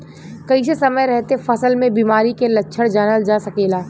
कइसे समय रहते फसल में बिमारी के लक्षण जानल जा सकेला?